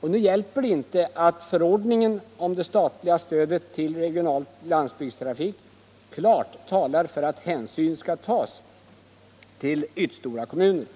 Det hjälper inte att förordningen om det statliga stödet till regional landsbygdstrafik klart talar för att hänsyn skall tas till ytstora kommuner.